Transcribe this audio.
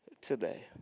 today